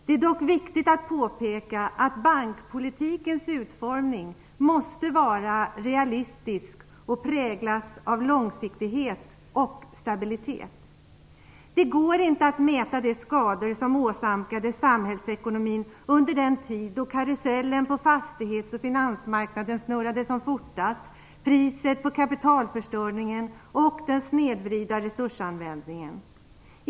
Det är dock viktigt att påpeka att bankpolitikens utformning måste vara realistisk och präglad av långsiktighet och stabilitet. Det går inte att mäta de skador som åsamkades samhällsekonomin under den tid då karusellen på fastighets och finansmarknaden snurrade som fortast. Jag avser då priset för kapitalförstöringen och den snedvridna resursanvändningen.